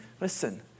Listen